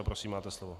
Prosím, máte slovo.